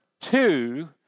two